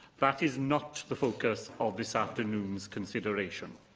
that is not the focus of this afternoon's consideration.